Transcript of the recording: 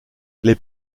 les